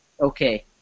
Okay